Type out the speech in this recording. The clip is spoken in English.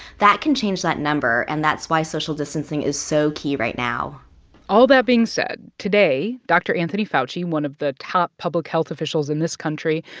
that can change that number. and that's why social distancing is so key right now all that being said, today dr. anthony fauci, one of the top public health officials in this country,